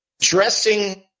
dressing